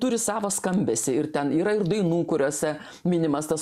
turi savo skambesį ir ten yra ir dainų kuriose minimas tas